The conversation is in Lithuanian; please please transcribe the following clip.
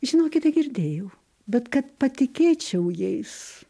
žinokite girdėjau bet kad patikėčiau jais